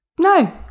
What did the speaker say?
No